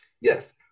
yes